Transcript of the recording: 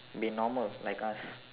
be normal like us